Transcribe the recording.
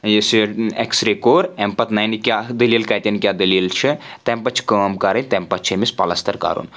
یُس یہِ X ray کوٚر امہِ پَتہٕ نَنہِ کیاہ دٔلیٖل کَتؠن کیاہ دٔلیٖل چھِ تمہِ پَتہٕ چھِ کٲم کَرٕنۍ تمہِ پَتہٕ چھِ أمِس پَلستَر کَرُن